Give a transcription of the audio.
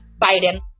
Biden